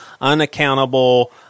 unaccountable